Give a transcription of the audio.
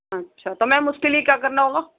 اچھا تو میم اس کے لئے کیا کرنا ہوگا